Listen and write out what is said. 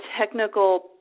technical